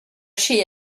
she